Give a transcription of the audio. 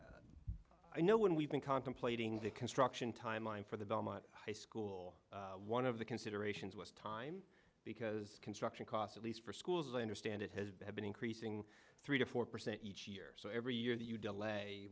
that i know when we've been contemplating the construction timeline for the belmont high school one of the considerations was time because construction cost at least for schools as i understand it has been increasing three to four percent each year so every year that you delay